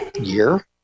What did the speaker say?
year